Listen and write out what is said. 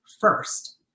first